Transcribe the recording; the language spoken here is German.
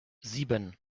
sieben